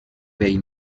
bell